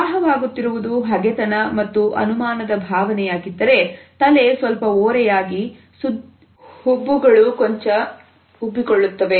ಪ್ರವಾಹವಾಗುತ್ತಿರುವುದು ಹಗೆತನ ಮತ್ತು ಅನುಮಾನದ ಭಾವನೆಯಾಗಿದ್ದರೆ ತಲೆ ಸ್ವಲ್ಪ ಓರೆಯಾಗಿ ಸುದ್ದಿಗಳು ಕೊಂಚ ಉಬ್ಬಿಕೊಳ್ಳುತ್ತವೆ